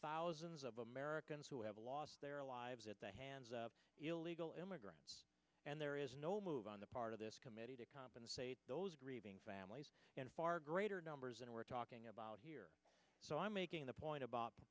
thousands of americans who have lost their lives at the hands of illegal immigrants and there is no move on the part of this committee to compensate those grieving families and far greater numbers than we're talking about here so i'm making the point a